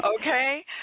okay